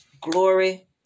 Glory